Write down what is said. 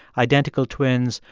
identical twins,